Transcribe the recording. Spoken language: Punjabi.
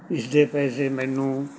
ਇਸਦੇ ਪੈਸੇ ਮੈਨੂੰ